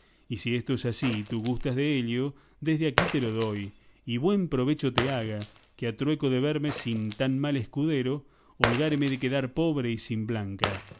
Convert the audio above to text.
y si esto es así y tú gustas dello desde aquí te lo doy y buen provecho te haga que a trueco de verme sin tan mal escudero holgaréme de quedarme pobre y sin blanca